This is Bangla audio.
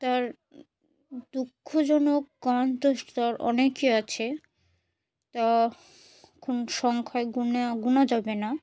তার দুঃখজনক গান তো তার অনেকই আছে তা এখন সংখ্যায় গুনে গোনা যাবে না